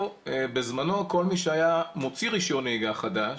בזמנו כל מי שהיה מוציא רישיון נהיגה חדש,